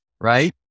right